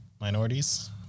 minorities